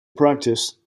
practice